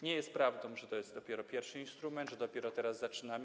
Nie jest prawdą, że to jest dopiero pierwszy instrument, że dopiero teraz zaczynamy.